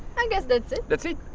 i guess that's it. that's it.